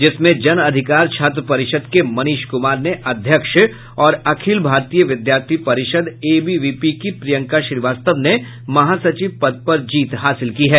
जिसमें जन अधिकार छात्र परिषद के मनीष कुमार ने अध्यक्ष और अखिल भारतीय विद्यार्थी परिषद एबीवीपी की प्रियंका श्रीवास्तव ने महासचिव पद पर जीत हासिल की है